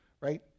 Right